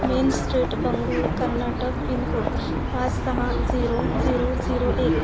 main street Bengaluru Karnataka pin code पाच सहा zero zero zero एक